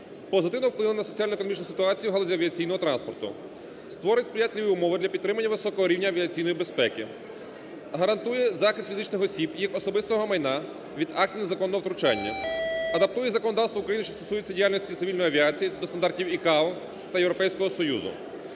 позитивне вплине на соціально-економічну ситуацію в галузі авіаційного транспорту, створить сприятливі умови для підтримання високого рівня авіаційної безпеки, гарантує захист фізичних осіб, їх особистого майна від актів незаконного втручання, адаптує законодавство України, що стосується цивільної авіації та стандартів IKAO та Європейського Союзу.